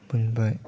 मोनबाय